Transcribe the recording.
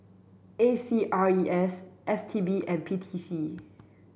A C R E S S T B and P T C